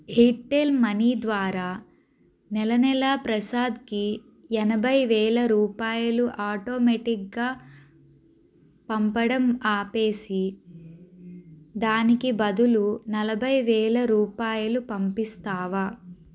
Airtel money ద్వారా నెలనెలా ప్రసాద్కి ఎనభై వేల రూపాయలు ఆటోమేటిక్గా పంపడం ఆపేసి దానికి బదులు నలభై వేల రూపాయలు పంపిస్తావా